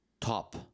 top